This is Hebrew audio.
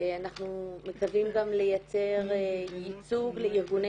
אנחנו מקווים גם לייצר ייצוג לארגוני